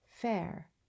fair